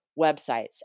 websites